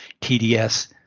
TDS